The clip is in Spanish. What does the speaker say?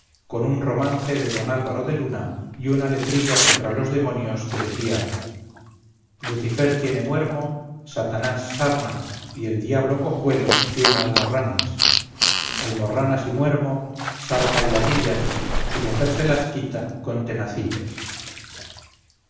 con un romance de don alvaro de luna y una letrilla contra los demonios que decía lucifer tiene muermo satanás sarna y el diablo cojuelo tiene almorranas almorranas y muermo sarna y ladillas su mujer se las quita con tenacillas